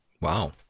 Wow